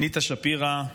אניטה שפירא,